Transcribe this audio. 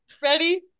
ready